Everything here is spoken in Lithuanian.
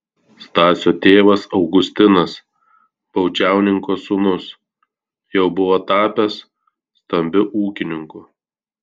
stasio tėvas augustinas baudžiauninko sūnus jau buvo tapęs stambiu ūkininku